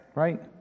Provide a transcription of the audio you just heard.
Right